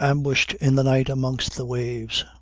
ambushed in the night amongst the waves.